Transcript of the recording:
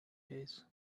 days